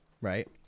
right